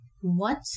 What